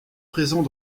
présent